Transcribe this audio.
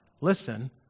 listen